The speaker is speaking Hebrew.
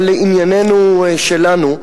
אבל לענייננו שלנו,